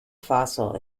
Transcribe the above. fossil